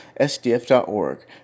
SDF.org